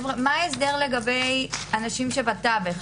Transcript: ההסדר לגבי אנשים שבתווך,